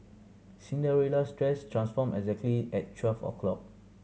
Cinderella's dress transformed exactly at twelve o'clock